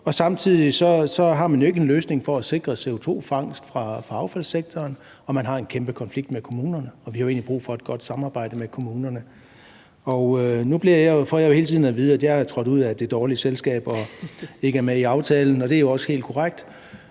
Samtidig har man jo ikke en løsning for at sikre CO2-fangst fra affaldssektoren, og man har en kæmpe konflikt med kommunerne, og vi har jo egentlig brug for et godt samarbejde med kommunerne. Nu får jeg jo hele tiden at vide, at jeg er trådt ud af det dårlige selskab, og at jeg ikke er med i aftalen, og det er jo også helt korrekt.